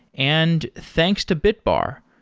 and thanks to bitbar.